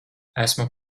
esmu